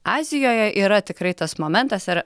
azijoje yra tikrai tas momentas ar